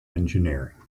engineering